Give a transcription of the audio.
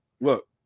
look